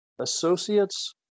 associates